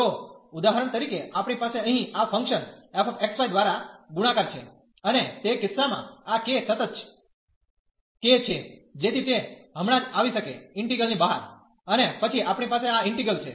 તો ઉદાહરણ તરીકે આપણી પાસે અહીં આ ફંક્શન f x y દ્વારા ગુણાકાર છે અને તે કિસ્સામાં આ k સતત કે છે જેથી તે હમણાં જ આવી શકે ઇન્ટિગ્રલ ની બહાર અને પછી આપણી પાસે આ ઈન્ટિગ્રલ છે